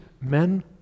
men